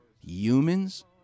humans